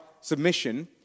submission